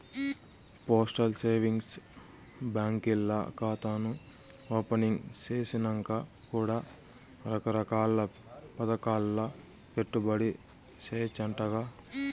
postal savings బాంకీల్ల కాతాను opening సేసినంక కూడా రకరకాల్ల పదకాల్ల పెట్టుబడి సేయచ్చంటగా